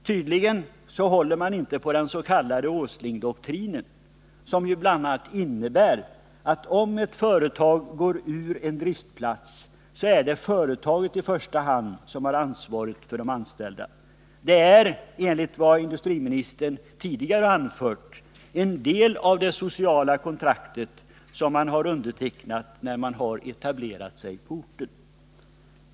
Tydligen håller man inte på den s.k. Åslingdoktrinen, som ju bl.a. innebär att om ett företag går ur en driftplats, är det i första hand företaget som har ansvaret för de anställda. Det ansvaret ingår, enligt vad industriministern tidigare har anfört, som en del i det sociala kontrakt ett företag har undertecknat när det etablerat sig på en ort.